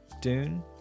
Dune